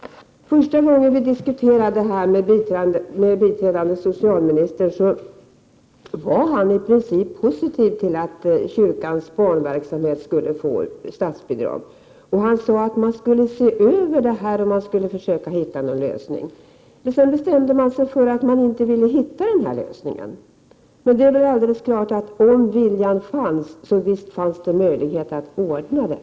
Första gången vi diskuterade detta med biträdande socialministern var han i princip positiv till att kyrkans barnverksamhet skulle få statsbidrag. Han sade att man skulle se över det hela och försöka hitta en lösning. Men sedan bestämde man sig för att man inte ville hitta den lösningen. Det är alldeles klart att om viljan fanns så visst fanns det möjlighet att ordna det!